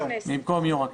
במקום יו"ר הכנסת.